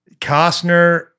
Costner